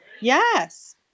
Yes